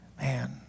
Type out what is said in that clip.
Man